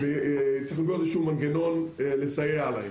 לכן צריך לבנות מנגנון כלשהו לסייע להן,